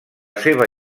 seva